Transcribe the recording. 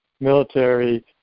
military